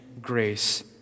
grace